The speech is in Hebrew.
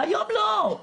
היום לא,